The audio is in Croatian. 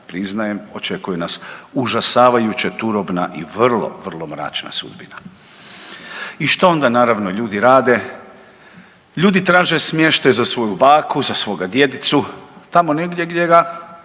Priznajem, očekuje nas užasavajuće turobna i vrlo, vrlo mračna sudbina. I što onda naravno ljudi rade? Ljudi traže smještaj za svoju baku, za svoga djedicu tamo negdje gdje ga